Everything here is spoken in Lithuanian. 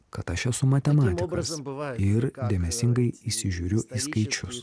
kad aš esu matematikas ir dėmesingai įsižiūriu į skaičius